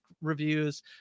reviews